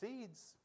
seeds